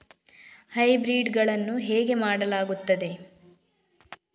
Hybrid ಗಳನ್ನು ಹೇಗೆ ಮಾಡಲಾಗುತ್ತದೆ?